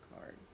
card